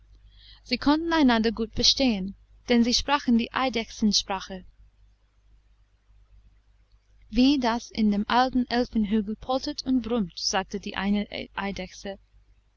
sie konnten einander gut verstehen denn sie sprachen die eidechsensprache wie das in dem alten elfenhügel poltert und brummt sagte die eine eidechse